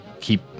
keep